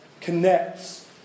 connects